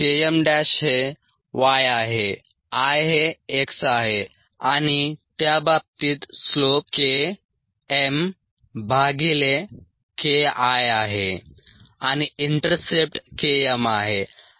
Km' हे y आहे I हे x आहे आणि त्या बाबतीत स्लोप K mKI आहे आणि इंटरसेप्ट Km आहे